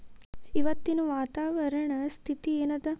ಇವತ್ತಿನ ವಾತಾವರಣ ಸ್ಥಿತಿ ಏನ್ ಅದ?